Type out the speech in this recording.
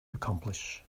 accomplish